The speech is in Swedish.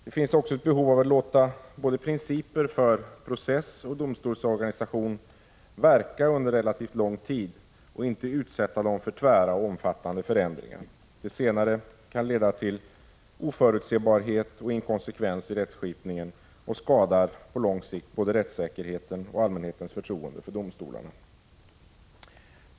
Det finns också ett behov av att låta principer både för process och för domstolsorganisation verka under relativt lång tid och inte utsätta dem för tvära och omfattande förändringar. Det senare kan leda till oförutsebarhet och inkonsekvens i rättskipningen, och det skadar på lång sikt både rättssäkerheten och allmänhetens förtroende för domstolarna.